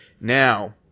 Now